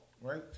right